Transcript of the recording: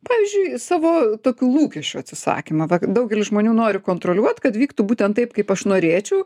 pavyzdžiui savo tokių lūkesčių atsisakymą va daugelis žmonių nori kontroliuot kad vyktų būtent taip kaip aš norėčiau